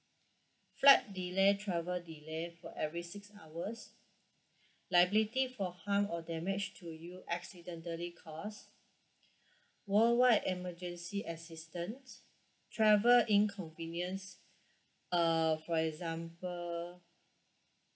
flight delay travel delay for every six hours liability for harm or damage to you accidentally cost worldwide emergency assistant travel inconvenience uh for example